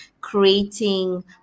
creating